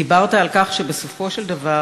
דיברת על כך שבסופו של דבר